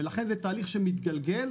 לכן זה תהליך מתגלגל,